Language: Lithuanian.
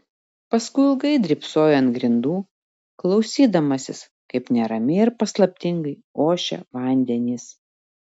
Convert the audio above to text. paskui ilgai drybsojo ant grindų klausydamasis kaip neramiai ir paslaptingai ošia vandenys